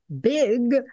big